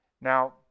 Now